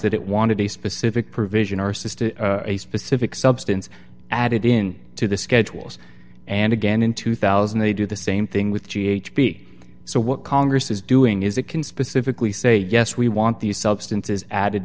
that it wanted a specific provision or system a specific substance added in to the schedules and again in two thousand they do the same thing with g h b so what congress is doing is it can specifically say yes we want these substances added